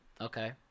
Okay